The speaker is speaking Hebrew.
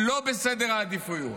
לא בסדר העדיפויות,